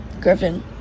Griffin